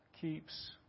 keeps